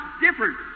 different